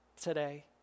today